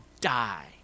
die